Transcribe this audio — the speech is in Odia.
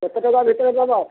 କେତେ ଟଙ୍କା ଭିତରେ ଦେବ